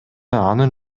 анын